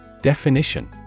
Definition